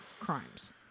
crimes